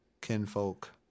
kinfolk